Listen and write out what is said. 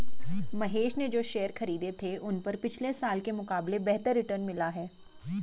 महेश ने जो शेयर खरीदे थे उन पर पिछले साल के मुकाबले बेहतर रिटर्न मिला है